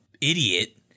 idiot